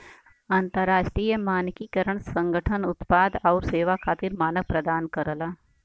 अंतरराष्ट्रीय मानकीकरण संगठन उत्पाद आउर सेवा खातिर मानक प्रदान करला